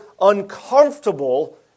uncomfortable